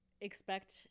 expect